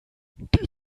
die